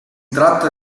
tratta